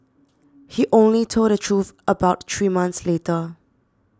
he only told the truth about three months later